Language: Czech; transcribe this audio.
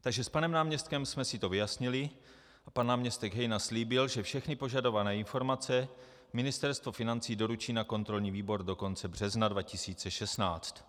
Takže s panem náměstkem jsme si to vyjasnili a pan náměstek Hejna slíbil, že všechny požadované informace Ministerstvo financí doručí na kontrolní výbor do konce března 2016.